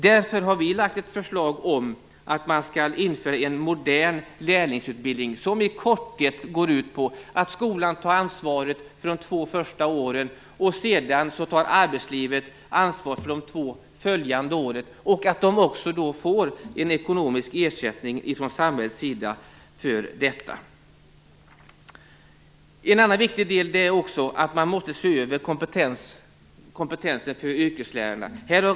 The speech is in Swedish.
Därför har vi lagt fram ett förslag om införandet av en modern lärlingsutbildning, som i korthet går ut på att skolan tar ansvaret för de två första åren och arbetslivet sedan tar ansvar för de två följande åren och att arbetslivet också får en ekonomisk ersättning från samhället för detta. Man måste också se över kompetensen för yrkeslärarna.